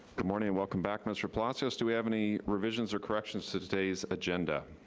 good morning and welcome back. mr. palacios, do we have any revisions or corrections to today's agenda?